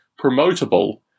promotable